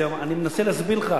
אני מנסה להסביר לך,